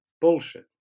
bullshit